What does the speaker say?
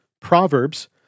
Proverbs